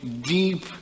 deep